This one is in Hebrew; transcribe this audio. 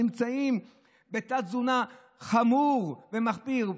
נמצאים בתת-תזונה חמורה ומחפירה.